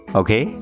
okay